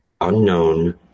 unknown